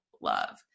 love